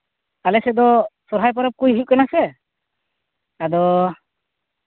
ᱟᱞᱮ ᱥᱮᱫ ᱫᱚ ᱥᱚᱨᱦᱟᱭ ᱯᱚᱨᱚᱵᱽ ᱠᱚ ᱦᱩᱭᱩᱜ ᱠᱟᱱᱟ ᱥᱮ ᱟᱫᱚ